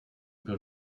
byl